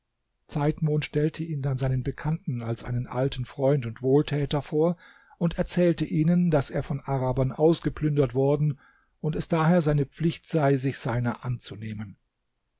zeitmond stellte ihn dann seinen bekannten als einen alten freund und wohltäter vor und erzählte ihnen daß er von arabern ausgeplündert worden und es daher seine pflicht sei sich seiner anzunehmen